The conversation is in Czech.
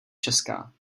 česká